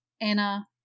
Anna